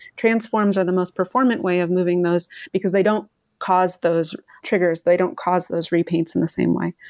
transforms are the most performant way of moving those because they don't cause those triggers, they don't cause those repaints in the same way.